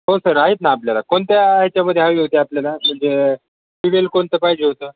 हो सर आहेत ना आपल्याला कोणत्या याच्यामध्ये हवी होती आपल्याला म्हणजे टीवेल कोणतं पाहिजे होतं